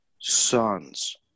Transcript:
sons